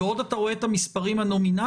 ועוד אתה רואה את המספרים הנומינליים.